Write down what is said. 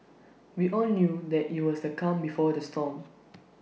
we all knew that IT was the calm before the storm